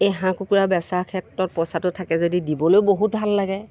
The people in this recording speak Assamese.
এই হাঁহ কুকুৰা বেচাৰ ক্ষেত্ৰত পইচাটো থাকে যদি দিবলৈ বহুত ভাল লাগে